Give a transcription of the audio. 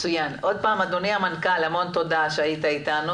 תודה רבה שהיית אתנו.